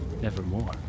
nevermore